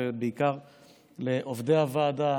ובעיקר לעובדי הוועדה,